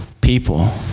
people